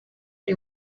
iri